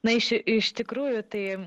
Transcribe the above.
na iš tikrųjų tai